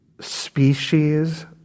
species